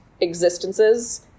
existences